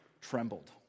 trembled